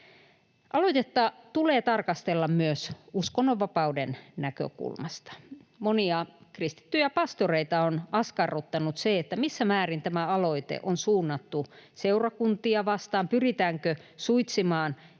Aloitetta tulee tarkastella myös uskonnonvapauden näkökulmasta. Monia kristittyjä pastoreita on askarruttanut se, missä määrin tämä aloite on suunnattu seurakuntia vastaan. Pyritäänkö suitsimaan esimerkiksi